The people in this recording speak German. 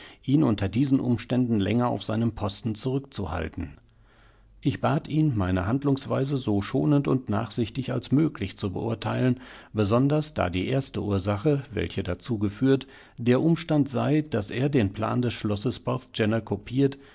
ihn unter diesen umständen länger auf seinem posten zurückzuhalten ich bat ihn meine handlungsweise so schonend und nachsichtig als möglich zu beurteilen besonders da die erste ursache welche dazu geführt der umstand sei daß er den plan des schlosses porthgenna kopiert